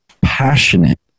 passionate